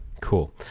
cool